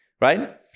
right